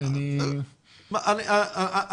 אין כרגע שום רגולציה על הנושא.